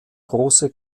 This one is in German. große